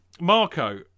Marco